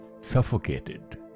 suffocated